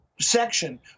section